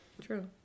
True